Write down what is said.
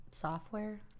Software